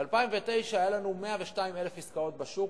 ב-2009 היו לנו 102,000 עסקאות בשוק,